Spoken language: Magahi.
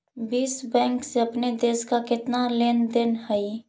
विश्व बैंक से अपने देश का केतना लें देन हई